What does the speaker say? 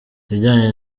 ibijyanye